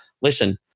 listen